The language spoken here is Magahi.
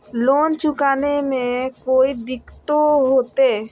लोन चुकाने में कोई दिक्कतों होते?